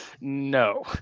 no